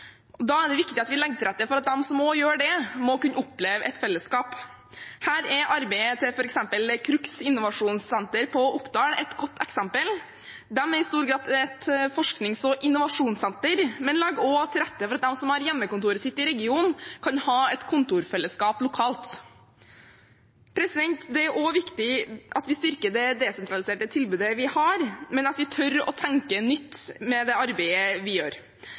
Da er det viktig at vi legger til rette for at de som også gjør det, skal kunne oppleve et fellesskap. Her er arbeidet til f.eks. Krux innovasjonssenter på Oppdal et godt eksempel. De er i stor grad et forsknings- og innovasjonssenter, men legger også til rette for at de som har hjemmekontoret sitt i regionen, kan ha et kontorfellesskap lokalt. Det er også viktig at vi styrker det desentraliserte tilbudet vi har, men at vi tør å tenke nytt med det arbeidet vi gjør.